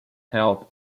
held